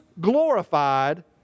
glorified